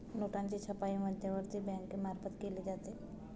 नोटांची छपाई मध्यवर्ती बँकेमार्फत केली जाते